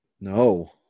no